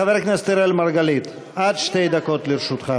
חבר הכנסת אראל מרגלית, עד שתי דקות לרשותך.